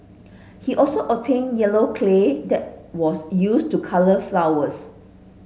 he also obtained yellow clay that was used to colour flowers